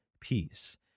Peace